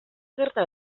gerta